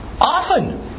often